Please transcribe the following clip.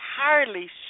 entirely